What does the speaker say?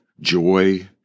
joy